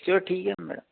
ਚਲੋ ਠੀਕ ਹੈ ਮੈਡਮ